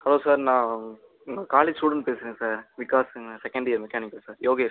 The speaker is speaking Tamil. ஹலோ சார் நான் உங்கள் காலேஜ் ஸ்டூடண்ட் பேசுகிறேன் விக்காஸ்னு second year mechanical sir Yogesh